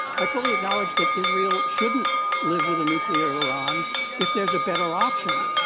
i fully acknowledge that israel shouldn't live with a nuclear iran if there's a better option.